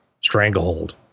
stranglehold